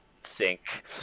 Sink